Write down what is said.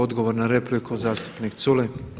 Odgovor na repliku zastupnik Culej.